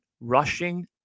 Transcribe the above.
rushing